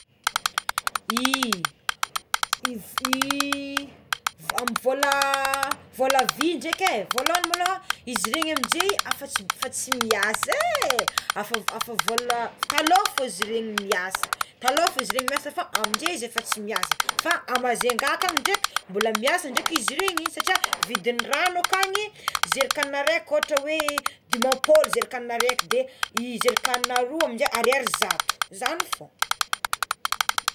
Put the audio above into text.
I if- fa amign'ny vôla vôla vy dreky é voalohagny maloha izy regny amign'izay afa afa tsy miasa é afa afa vôla taloha fogna izy regny miasa taloha fogna izy regny miasa aminjey efa tsy miasa fa a Majunga kaky dreky mbola miasa dreky izy regny satria vidign'ny rano akagny zerikanina raiky ohatra hoe dimapolo zerikanina raiky de i zerikanina roa amign'izay ariary zato zagny fogna.